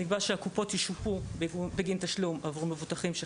נקבע שהקופות ישופו בגין תשלום עבור מבוטחים והמלווים שלהם,